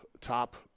top